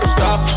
Stop